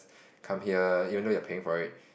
come here even though you paying for it